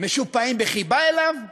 משופעים בחיבה אליו,